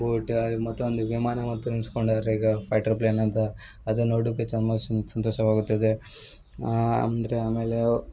ಬೋಟ ಅಲ್ಲಿ ಮತ್ತೊಂದು ವಿಮಾನ ನಿಲ್ಸ್ಕೊಂಡು ಅವ್ರು ಈಗ ಫೈಟರ್ ಪ್ಲಾನ್ ಅಂತ ಅದನ್ನ ನೋಡಕ್ಕೆ ಸಮ ಸಂತೋಷವಾಗುತ್ತದೆ ಅಂದರೆ ಆಮೇಲೆ